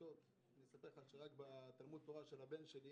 רק בתלמוד תורה של הבן שלי